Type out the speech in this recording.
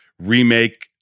remake